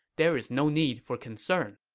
there's no need for concern.